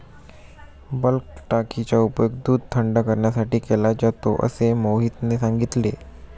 bulk टाकीचा उपयोग दूध थंड करण्यासाठी केला जातो असे मोहितने सांगितले